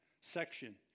section